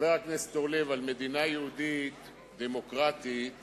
חבר הכנסת אורלב, מדינה יהודית דמוקרטית